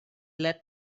led